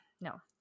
no